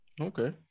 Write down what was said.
Okay